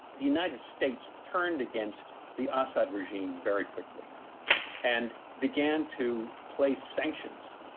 the united states turned against the assad regime very quickly and began to place sanctions,